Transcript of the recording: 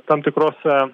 tam tikrose